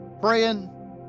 praying